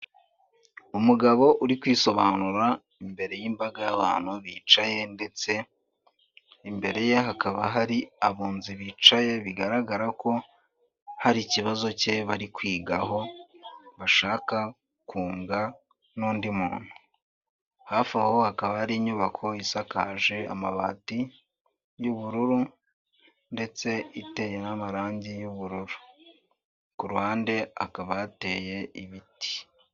Umugabo uri kwisobanura imbere y'imbaga y'abantu bicaye ndetse imbere ye hakaba hari abunzi bicaye bigaragara ko hari ikibazo cye bari kwigaho bashaka kunga n'undi muntu, hafi aho hakaba hari inyubako isakaje amabati y'ubururu ndetse iteye n'amarangi y'ubururu, ku ruhande hakaba hateye ibiti.